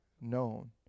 known